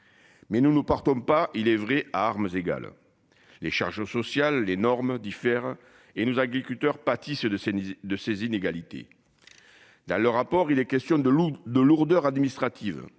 Mais nous, nous partons pas il est vrai à armes égales. Les charges sociales, les normes diffère et nous agriculteurs pâtissent de ces de ces inégalités. Dans le rapport, il est question de de lourdeurs administratives